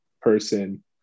person